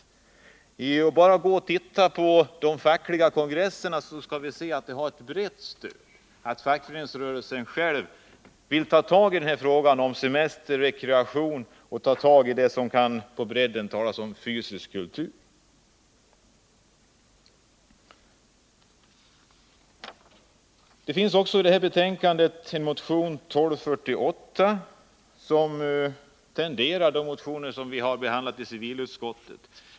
Man behöver bara lyssna till debatterna vid de fackliga kongresserna för att finna att detta förslag har ett brett stöd. Fackföreningsrörelsen vill själv ta tag i frågan om semester och rekreation samt en bred fysisk kultur. I detta betänkande behandlas också motionen 1248, som tangerar de motioner som behandlats i civilutskottet.